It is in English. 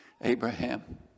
Abraham